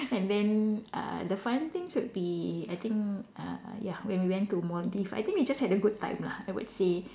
and then uh the fun thing should be I think uh ya when we went to Maldives I think we just had a good time I would say